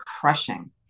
crushing